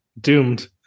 Doomed